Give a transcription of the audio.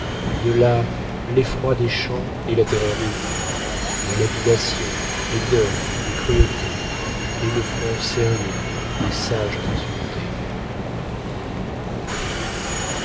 de là l'effroi des champs et la terreur des villes les lapidations les deuils les cruautés et le front sérieux des sages insultés